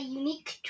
unique